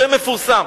השם מפורסם.